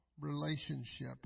relationship